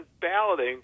balloting